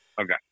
Okay